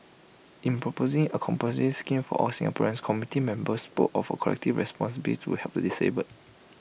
in proposing A compulsory scheme for all Singaporeans committee members spoke of A collective responsibility to help the disabled